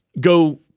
go